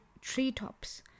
treetops